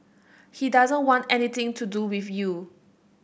he doesn't want anything to do with you